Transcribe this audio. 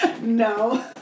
No